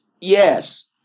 Yes